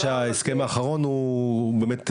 שההסכם האחרון הוא באמת,